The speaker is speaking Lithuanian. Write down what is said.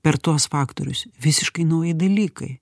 per tuos faktorius visiškai nauji dalykai